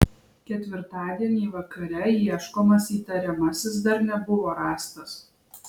ketvirtadienį vakare ieškomas įtariamasis dar nebuvo rastas